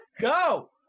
Go